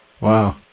Wow